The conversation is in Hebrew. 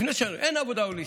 אין עבודה הוליסטית,